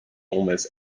almost